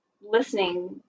listening